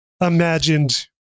imagined